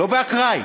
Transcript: לא באקראי,